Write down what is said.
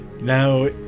Now